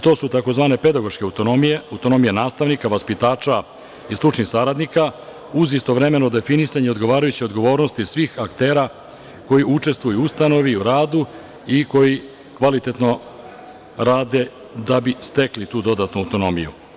To su tzv. pedagoške autonomije, autonomije nastavnika, vaspitača i stručnih saradnika, uz istovremeno definisanje odgovarajuće odgovornosti svih aktera koji učestvuju u ustanovi, u radu i koji kvalitetno rade da bi stekli tu dodatnu autonomiju.